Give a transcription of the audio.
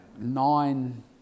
nine